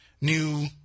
new